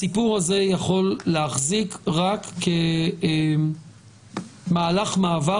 הסיפור הזה יכול להחזיק רק כמהלך מעבר